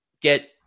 get